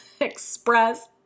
Express